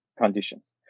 conditions